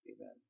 Amen